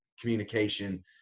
communication